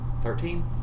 Thirteen